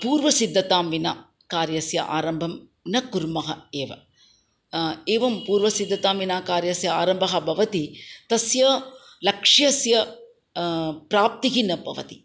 पूर्वसिद्धतां विना कार्यस्य आरम्भं न कुर्मः एव एवं पूर्वसिद्धतां विना कार्यस्य आरम्भः भवति तस्य लक्ष्यस्य प्राप्तिः न भवति